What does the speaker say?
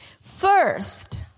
First